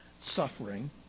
suffering